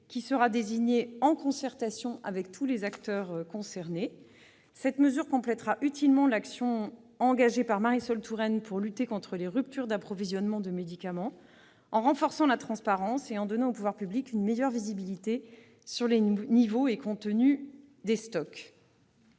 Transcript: sera désigné en concertation avec tous les acteurs concernés. Cette mesure complétera utilement l'action engagée par Marisol Touraine pour lutter contre les ruptures d'approvisionnement de médicaments, en renforçant la transparence et en donnant aux pouvoirs publics une meilleure visibilité sur les niveaux et contenus des stocks.